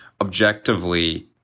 objectively